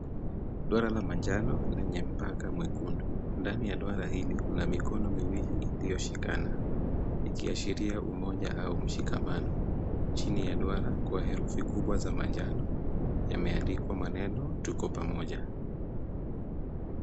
Duara la manjano lenye mpaka mwekundu. Ndani ya duara hili kuna mikono miwili iliyoshikana ikiashiria umoja na ushikamano. Chini ya duara, kwa herufi kubwa za manjano, yameandikwa maneno tuko pamoja.